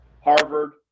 Harvard